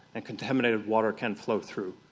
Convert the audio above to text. and contaminated water can flow through.